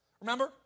remember